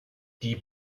die